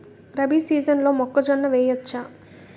రబీ సీజన్లో మొక్కజొన్న వెయ్యచ్చా?